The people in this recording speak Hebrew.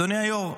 אדוני היו"ר,